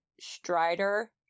Strider